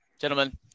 gentlemen